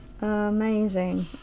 Amazing